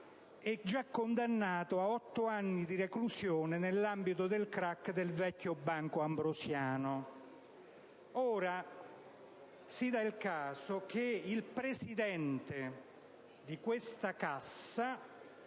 e già condannato a otto anni di reclusione nell'ambito del crac del vecchio Banco Ambrosiano. Ora, si dà il caso che il presidente di questa cassa,